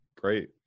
great